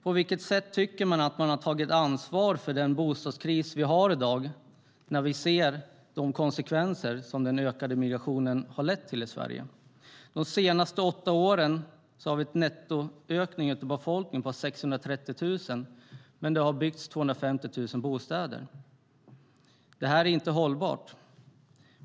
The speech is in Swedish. På vilket sätt tycker de att de tagit ansvar för den bostadskris vi har i dag, när vi ser de konsekvenser som den ökade migrationen lett till? De senaste åtta åren har vi haft en nettoökning av befolkningen på 630 000, men det har bara byggts 250 000 bostäder. Det är inte hållbart.